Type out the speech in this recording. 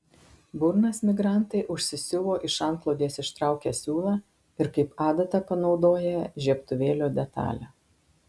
burnas migrantai užsisiuvo iš antklodės ištraukę siūlą ir kaip adatą panaudoję žiebtuvėlio detalę